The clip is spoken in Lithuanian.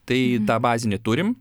tai tą bazinį turim